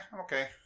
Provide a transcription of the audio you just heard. okay